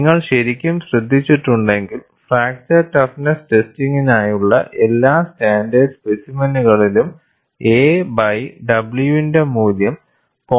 നിങ്ങൾ ശരിക്കും ശ്രദ്ധിച്ചിട്ടുണ്ടെങ്കിൽ ഫ്രാക്ചർ ടഫ്നെസ് ടെസ്റ്റിംഗിനായുള്ള എല്ലാ സ്റ്റാൻഡേർഡ് സ്പെസിമെനുകളിലും a ബൈ w ന്റെ മൂല്യം 0